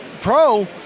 pro